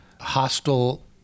Hostile